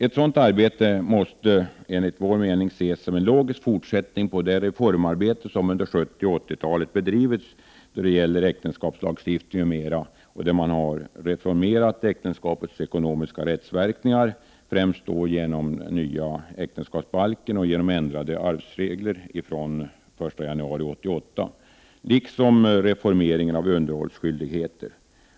Ett sådant arbete måste enligt vår mening ses som en logisk fortsättning på det reformarbete som under 70 och 80-talen bedrivits vad gäller äktenskapslagstiftning m.m. och där man har reformerat äktenskapets ekonomiska rättsverkningar, främst genom nya äktenskapsbalken och genom ändrade arvsregler från den 1 januari 1988, liksom reformeringen av underhållsskyldigheter.